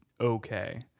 okay